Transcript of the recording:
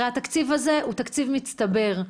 הרי התקציב הזה הוא תקציב מצטבר,